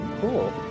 Cool